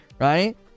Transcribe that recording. right